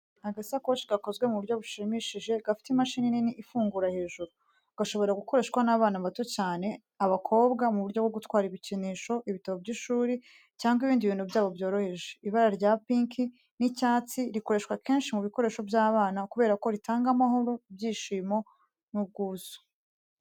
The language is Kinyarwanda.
Agasakoshi gakozwe mu buryo bushimishije, gafite imashini nini ifungukira hejuru. Gashobora gukoreshwa n’abana bato cyane abakobwa mu buryo bwo gutwara ibikinisho, ibitabo by’ishuri, cyangwa ibindi bintu byabo byoroheje. Ibara rya pink n’icyatsi rikoreshwa kenshi mu bikoresho by’abana kubera ko ritanga amahoro, ibyishimo, n’ubwuzu.